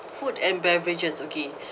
food and beverages okay